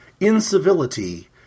Incivility